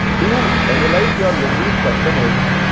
to analyze your wendy's customers,